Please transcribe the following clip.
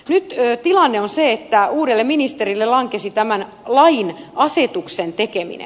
nyt tilanne on se että uudelle ministerille lankesi tämän lain asetuksen tekeminen